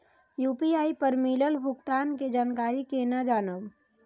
UPI पर मिलल भुगतान के जानकारी केना जानब?